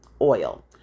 oil